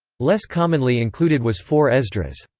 less commonly included was four esdras.